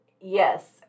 Yes